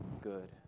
Good